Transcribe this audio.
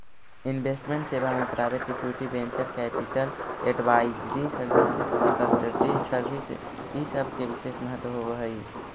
investment सेवा में private equity, venture capital, advisory service, custody service इ सब के विशेष महत्व होवऽ हई